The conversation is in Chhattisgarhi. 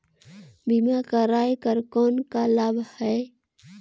बीमा कराय कर कौन का लाभ है?